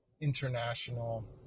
international